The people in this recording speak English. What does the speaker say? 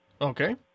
Okay